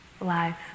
life